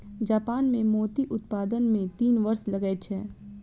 Japan मे मोती उत्पादन मे तीन वर्ष लगै छै